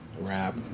rap